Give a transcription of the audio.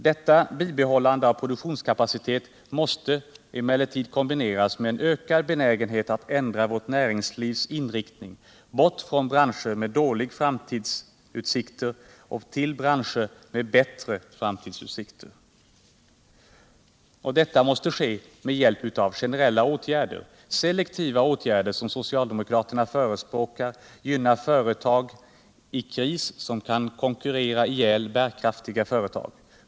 Detta bibehållande av produktionskapacitet måste kombineras med en ökad benägenhet att ändra vårt näringslivs inriktning, bort från branscher med dåliga framtidsutsikter till branscher med bättre framtidsutsikter. Detta måste ske med hjälp av generella åtgärder. Selektiva åtgärder som socialdemokraterna förespråkar gynnar företag i kris som kan konkurrera ihjäl bärkraftiga företag.